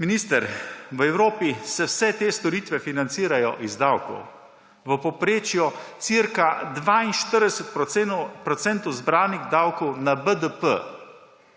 Minister, v Evropi se vse te storitve financirajo iz davkov, v povprečju cirka 42 % zbranih davkov na BDP,